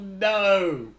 no